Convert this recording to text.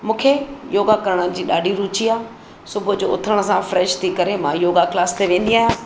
मूंखे योगा करण जी ॾाढी रूची आहे सुबुअ जो उथण सां फ्रेश थी करे मां योगा क्लास ते वेंदी आहियां